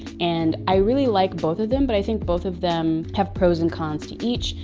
and i really like both of them, but i think both of them have pros and cons to each,